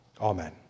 Amen